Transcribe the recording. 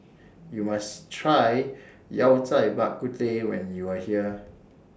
YOU must Try Yao Cai Bak Kut Teh when YOU Are here